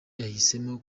yahisemo